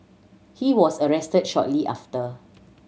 he was arrested shortly after